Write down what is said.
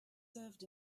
served